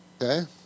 Okay